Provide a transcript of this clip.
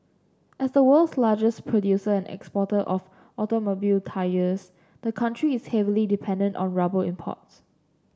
as the world's largest producer and exporter of automobile tyres the country is heavily dependent on rubber imports